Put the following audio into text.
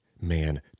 Man